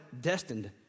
destined